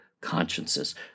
consciences